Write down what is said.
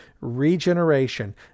regeneration